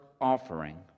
offering